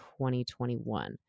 2021